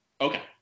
okay